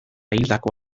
hildako